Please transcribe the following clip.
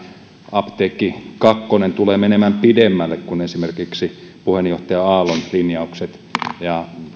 apteekki kakkonen tulee menemään pidemmälle kuin esimerkiksi puheenjohtaja aallon linjaukset ja